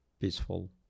peaceful